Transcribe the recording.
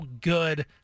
good